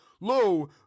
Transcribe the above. lo